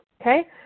Okay